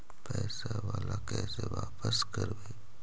पैसा बाला कैसे बापस करबय?